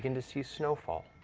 and to see snowfall.